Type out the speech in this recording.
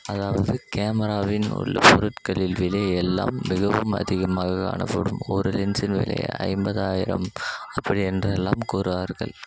அதாவது கேமராவில் உள்ள பொருட்களின் விலை எல்லாம் மிகவும் அதிகமாக காணப்படும் ஒரு லென்ஸின் விலை ஐம்பதாயிரம் அப்படி என்றெல்லாம் கூறுவார்கள்